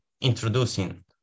introducing